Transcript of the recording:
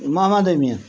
Mohammad Amin